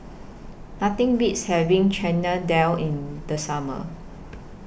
Nothing Beats having Chana Dal in The Summer